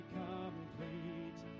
complete